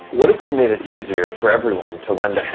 what if we made it easier for everyone to lend a hand?